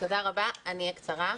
אני אהיה קצרה.